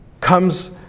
comes